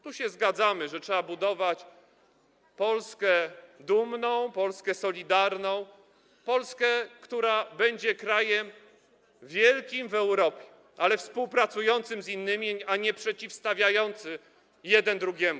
Tu się zgadzamy, że trzeba budować Polskę dumną, Polskę solidarną, Polskę, która będzie krajem wielkim w Europie, ale współpracującym z innymi, a nie przeciwstawiającym jednego drugiemu.